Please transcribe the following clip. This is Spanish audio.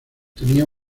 tenía